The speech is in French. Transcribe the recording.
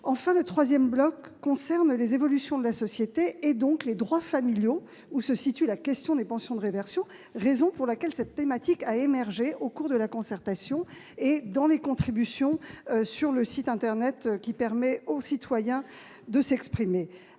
Le troisième bloc a trait aux évolutions de la société et donc aux droits familiaux. C'est dans ce cadre que se pose la question des pensions de réversion, raison pour laquelle cette thématique a émergé au cours de la concertation et dans les contributions sur le site internet qui permet aux citoyens de s'exprimer.